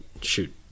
Shoot